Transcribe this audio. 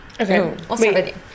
okay